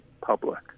public